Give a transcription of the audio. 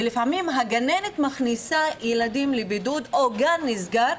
ולפעמים הגננת מכניסה ילדים לביבוד או גן נסגר,